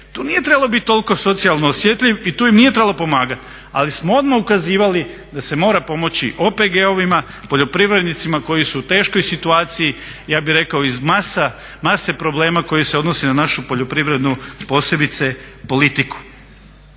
tu nije trebalo biti toliko socijalno osjetljiv i tu im nije trebalo pomagati, ali smo odmah ukazivali da se mora pomoći OPG-ovima, poljoprivrednicima koji su u teškoj situaciji, ja bih rekao iz mase problema koji se odnose na našu poljoprivrednu posebice politiku.